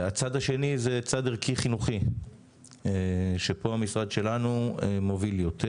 הצד השני זה צד ערכי-חינוכי שפה המשרד שלנו מוביל יותר